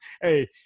hey